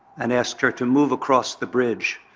and asked her to move across the bridge.